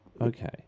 Okay